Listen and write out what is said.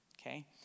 okay